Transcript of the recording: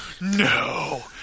No